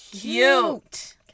cute